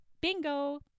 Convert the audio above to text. Bingo